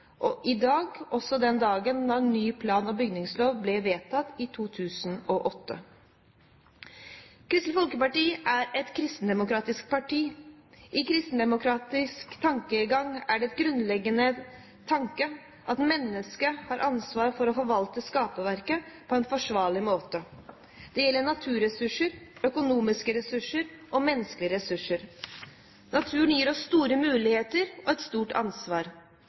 i dag, og også den dagen da ny plan- og bygningslov ble vedtatt i 2008. Kristelig Folkeparti er et kristendemokratisk parti. I kristendemokratisk tankegang er det grunnleggende at mennesket har ansvar for å forvalte skaperverket på en forsvarlig måte. Det gjelder naturressurser, økonomiske ressurser og menneskelige ressurser. Naturen gir oss store muligheter og et stort ansvar.